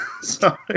Sorry